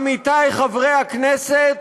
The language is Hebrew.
עמיתיי חברי הכנסת,